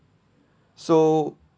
so